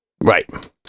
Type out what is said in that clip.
Right